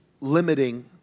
limiting